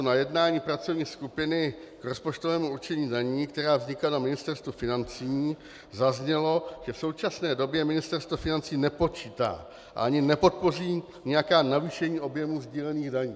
Na jednání pracovní skupiny k rozpočtovému určení daní, která vznikla na Ministerstvu financí, zaznělo, že v současné době Ministerstvo financí nepočítá a ani nepodpoří nějaká navýšení objemu sdílených daní.